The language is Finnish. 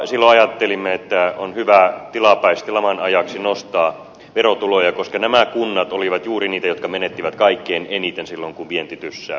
silloin ajattelimme että on hyvä tilapäisesti laman ajaksi nostaa verotuloja koska nämä kunnat olivat juuri niitä jotka menettivät kaikkein eniten silloin kun vienti loppui